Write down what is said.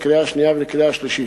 לקריאה שנייה ולקריאה שלישית.